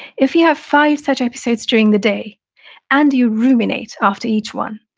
if you have five such episodes during the day and you ruminate after each one,